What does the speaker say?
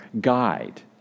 guide